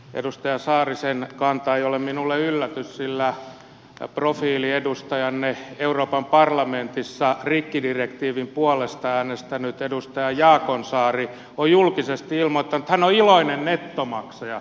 edustaja saarisen kanta ei ole minulle yllätys sillä profiiliedustajanne euroopan parlamentissa rikkidirektiivin puolesta äänestänyt edustaja jaakonsaari on julkisesti ilmoittanut että hän on iloinen nettomaksaja